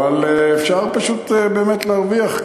אפשר פשוט להרוויח,